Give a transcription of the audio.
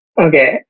Okay